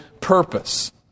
purpose